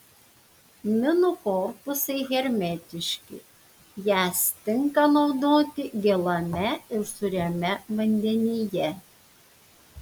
minų korpusai hermetiški jas tinka naudoti gėlame ir sūriame vandenyje